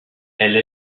elle